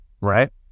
right